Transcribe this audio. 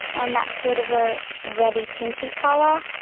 and that's sort of a red-y, pink-y colour.